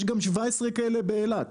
יש גם 17 כאלה באילת